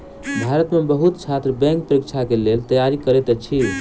भारत में बहुत छात्र बैंक परीक्षा के लेल तैयारी करैत अछि